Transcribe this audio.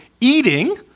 eating